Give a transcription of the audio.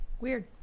Weird